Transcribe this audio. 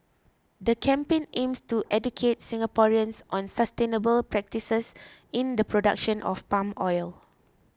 the campaign aims to educate Singaporeans on sustainable practices in the production of palm oil